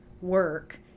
work